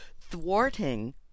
Thwarting